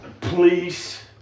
Please